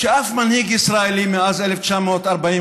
שאף מנהיג ישראלי מאז 1948,